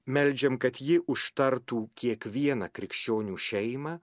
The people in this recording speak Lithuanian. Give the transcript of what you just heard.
meldžiam kad ji užtartų kiekvieną krikščionių šeimą